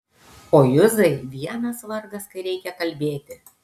o juzai vienas vargas kai reikia kalbėti